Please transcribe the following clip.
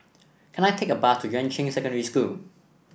can I take a bus to Yuan Ching Secondary School